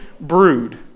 brood